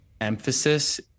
emphasis